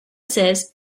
says